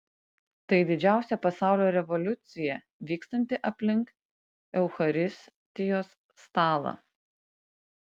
tai didžiausia pasaulio revoliucija vykstanti aplink eucharistijos stalą